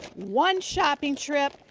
one shopping trip.